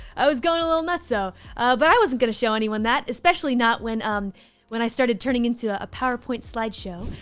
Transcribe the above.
i was going a little nuts. so but i wasn't going to show anyone that, especially not when um when i started turning into ah a powerpoint slide show,